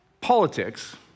politics